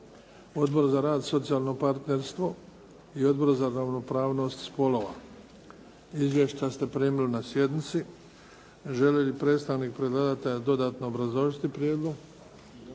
Odbor za rad, socijalno partnerstvo i Odbor za ravnopravnost spolova. Izvješća ste primili na sjednici. Želi li predstavnik predlagatelja dodatno obrazložiti prijedlog?